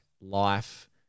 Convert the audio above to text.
life